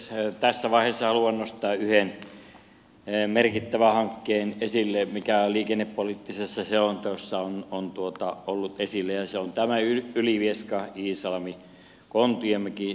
tässä vaiheessa haluan nostaa yhden merkittävän hankkeen esille mikä liikennepoliittisessa selonteossa on ollut esillä ja se on tämä ylivieskaiisalmikontiomäki sähköistyshanke